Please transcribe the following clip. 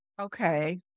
Okay